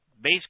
base